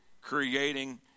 creating